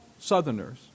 southerners